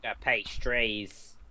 pastries